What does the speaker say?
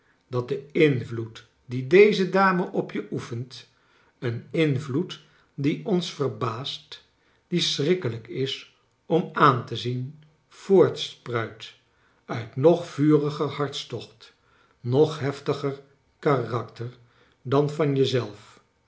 dat de invloed dien deze dame op je oefent een invloed die ons verbaast die schrikkelijk is om aan te zien voortspruit uit nog vuriger hartstocht noj hef tiger karakter dan van